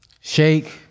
Shake